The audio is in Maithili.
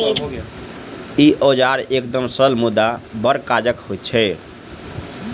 ई औजार एकदम सरल मुदा बड़ काजक होइत छै